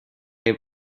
have